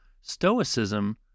Stoicism